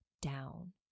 down